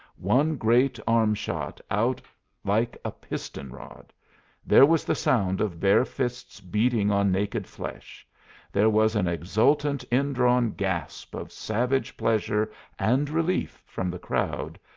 one great arm shot out like a piston-rod there was the sound of bare fists beating on naked flesh there was an exultant indrawn gasp of savage pleasure and relief from the crowd,